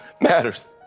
matters